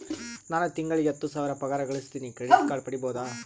ನಾನು ತಿಂಗಳಿಗೆ ಹತ್ತು ಸಾವಿರ ಪಗಾರ ಗಳಸತಿನಿ ಕ್ರೆಡಿಟ್ ಕಾರ್ಡ್ ಪಡಿಬಹುದಾ?